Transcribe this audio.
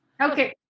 Okay